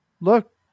Look